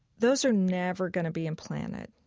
those are never going to be implanted.